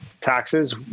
taxes